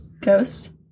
Ghosts